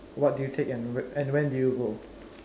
what do you take and when do you go